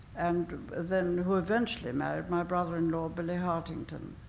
and then who eventually married my brother-in-law, billy hartington.